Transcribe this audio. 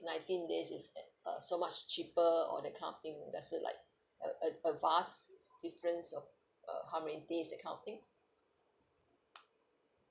nineteen days is uh so much cheaper or that kind of thing does it like a a a vast difference of uh how many days that kind of thing